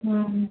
ಹ್ಞೂ